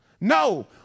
No